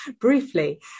briefly